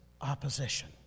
opposition